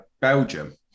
Belgium